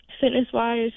fitness-wise